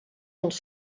dels